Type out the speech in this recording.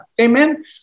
amen